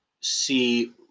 see